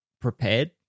prepared